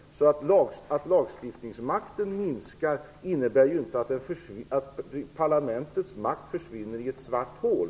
Att lagstiftningsmakten minskar innebär ju inte att parlamentets makt försvinner i ett svart hål.